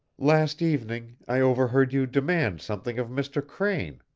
last evening i overheard you demand something of mr. crane,